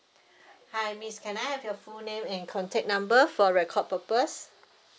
hi miss can I have your full name and contact number for record purpose